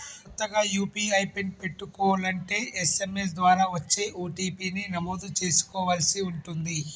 కొత్తగా UPI PIN పెట్టుకోలంటే SMS ద్వారా వచ్చే ఓ.టీ.పీ ని నమోదు చేసుకోవలసి ఉంటుంది